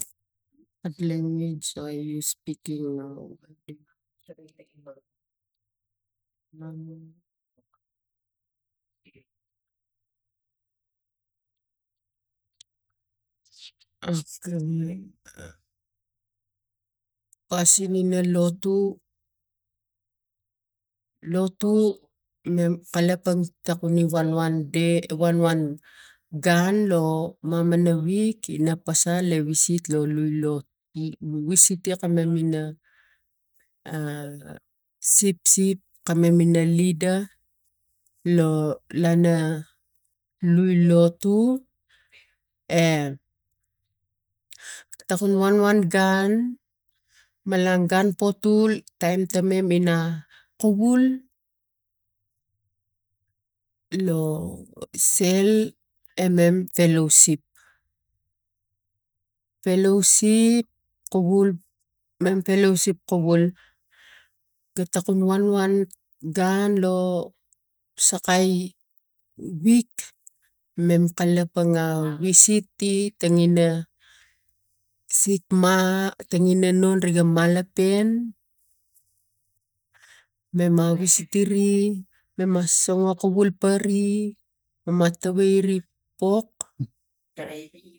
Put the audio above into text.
pasine na lotu lotu mem kalapang takuning wanwan dai wanwan gun lo mamana wik ina pasal na visit lo lui lo visit tiak kamam ina sipsip kamam ina leda lo lana lui lotu e takun wanwan gun malang gun patul taim tamem ina kuval lo sel tamom palousip palousip me palousip kuvul ga tokum wanwan gun lo sakai wik mem kalapang ina visit ti sik ma tangin na ro mala pen mem ma visit tiri mema songo kuvul pari moma tavai re pok.